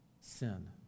sin